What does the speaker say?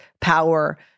power